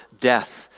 death